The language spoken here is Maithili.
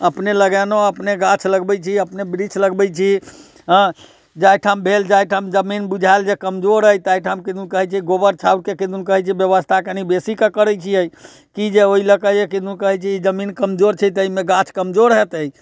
अपने लगेलहुँ अपने गाछ लगबैत छी अपने वृक्ष लगबैत छी हँ जाहिठाम भेल जाहिठाम जमीन बुझायल जे कमजोर अइ ताहिठाम किदुन कहैत छै गोबर छाउरके किदुन कहैत छै व्यवस्था कनी बेसी करैत छियै कि जे ओहि लऽ कऽ जे किदुन कहैत छै जमीन कमजोर छै तऽ एहिमे गाछ कमजोर हेतै